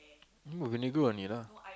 move any do only lah